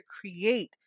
create